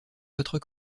votre